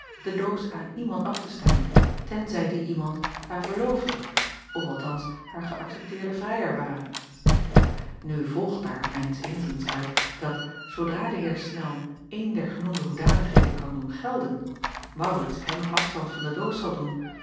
de doos aan iemand af te staan tenzij die iemand haar verloofde of althans haar geäccepteerde vrijer ware nu volgt daar mijns inziens uit dat zoodra de eer nel eene der genoemde hoedanigheden kan doen gelden aurits hem afstand van de doos zal doen